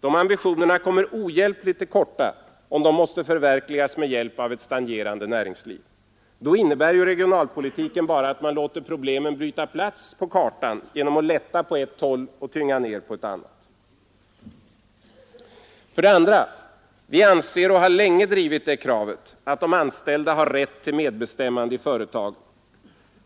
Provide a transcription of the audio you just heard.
Dessa ambitioner kommer ohjälpligt till korta om de måste förverkligas med hjälp av ett stagnerande näringsliv. Då innebär regionalpolitiken bara att man låter problemen byta plats på kartan genom att lätta på ett håll och tynga ner på ett annat. 2. Vi anser — och har länge drivit det kravet — att de anställda har rätt till medbestämmande i företagen.